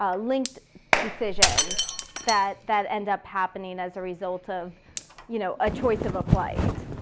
ah linked decisions that that end up happening as a result of you know a choice of a flight.